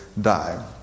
die